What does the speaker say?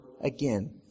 again